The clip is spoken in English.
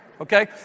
okay